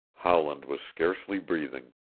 howland was scarcely breathing.